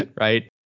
right